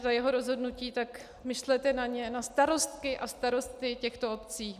za jeho rozhodnutí, tak myslete na starostky a starosty těchto obcí.